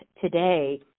today